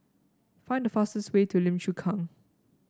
find the fastest way to Lim Chu Kang